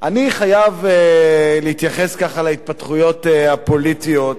אני חייב להתייחס להתפתחויות הפוליטיות.